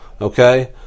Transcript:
Okay